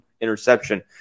interception